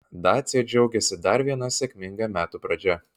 dacia džiaugiasi dar viena sėkminga metų pradžia